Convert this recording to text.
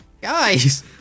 guys